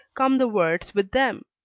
come the words with them.